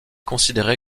considéré